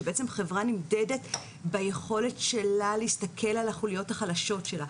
שחברה נמדדת ביכולת שלה להסתכל על החוליות החלשות שלה,